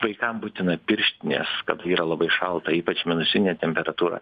vaikam būtina pirštinės kad yra labai šalta ypač minusinė temperatūra